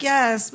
Yes